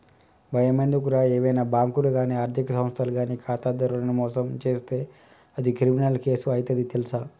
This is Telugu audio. బయమెందుకురా ఏవైనా బాంకులు గానీ ఆర్థిక సంస్థలు గానీ ఖాతాదారులను మోసం జేస్తే అది క్రిమినల్ కేసు అయితది తెల్సా